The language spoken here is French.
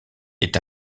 est